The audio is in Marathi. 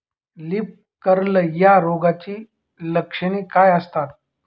लीफ कर्ल या रोगाची लक्षणे काय असतात?